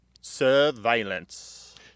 Surveillance